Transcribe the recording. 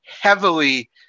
heavily